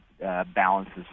balances